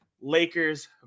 Lakers